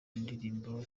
ndirimbo